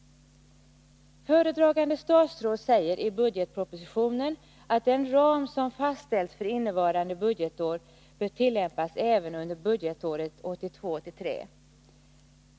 Föredragande statsrådet säger i budgetpropositionen att den ram som fastställts för innevarande budgetår bör tillämpas även under budgetåret 1982/83.